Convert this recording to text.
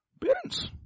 parents